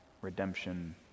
redemption